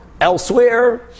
Elsewhere